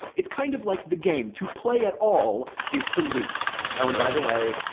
it's kind of like the game. to play at all is to lose. oh, and by the way,